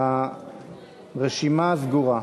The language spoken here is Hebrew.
הרשימה סגורה.